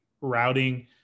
routing